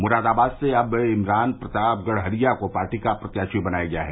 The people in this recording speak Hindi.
मुरादाबाद से अब इमरान प्रताप गड़हरिया को पार्टी का प्रत्याशी बनाया गया है